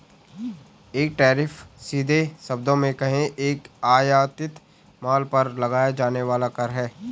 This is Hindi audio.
एक टैरिफ, सीधे शब्दों में कहें, एक आयातित माल पर लगाया जाने वाला कर है